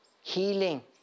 healing